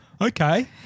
Okay